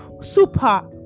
Super